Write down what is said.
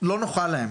נוחה להם.